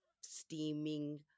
steaming